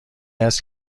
است